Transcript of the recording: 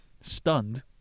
Stunned